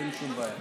אין שום בעיה.